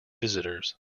visitors